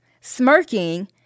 smirking